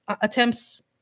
attempts